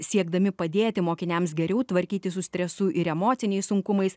siekdami padėti mokiniams geriau tvarkytis su stresu ir emociniais sunkumais